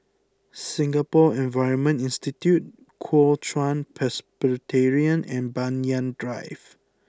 Singapore Environment Institute Kuo Chuan Presbyterian and Banyan Drive